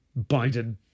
Biden